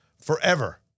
forever